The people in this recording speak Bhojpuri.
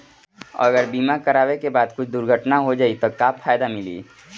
अगर बीमा करावे के बाद कुछ दुर्घटना हो जाई त का फायदा मिली?